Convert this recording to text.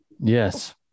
Yes